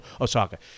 Osaka